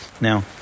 now